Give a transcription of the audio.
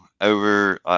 over –